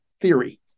theory